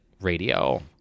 radio